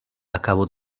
acabo